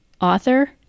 author